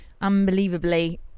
unbelievably